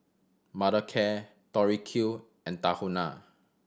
Mothercare Tori Q and Tahuna